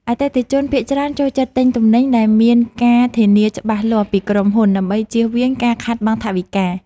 អតិថិជនភាគច្រើនចូលចិត្តទិញទំនិញដែលមានការធានាច្បាស់លាស់ពីក្រុមហ៊ុន ដើម្បីជៀសវាងការខាតបង់ថវិកា។